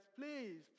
please